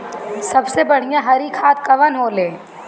सबसे बढ़िया हरी खाद कवन होले?